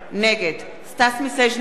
נגד סטס מיסז'ניקוב,